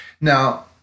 Now